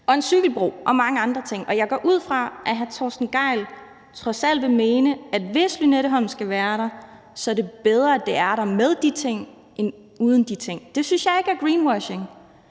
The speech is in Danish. og en cykelbro og mange andre ting. Og jeg går ud fra, at hr. Torsten Gejl trods alt vil mene, at hvis Lynetteholmen skal være der, er det bedre, at det er der med de ting end uden de ting. Det synes jeg ikke er greenwashing.